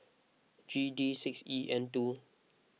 G D six E N two